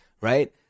right